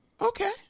Okay